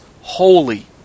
holy